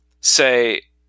say